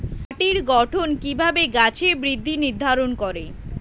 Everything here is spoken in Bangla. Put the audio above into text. মাটির গঠন কিভাবে গাছের বৃদ্ধি নির্ধারণ করে?